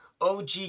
OG